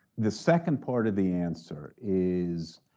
the second part of the answer is,